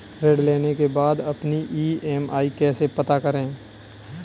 ऋण लेने के बाद अपनी ई.एम.आई कैसे पता करें?